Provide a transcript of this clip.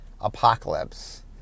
Apocalypse